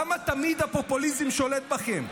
למה תמיד הפופוליזם שולט בכם?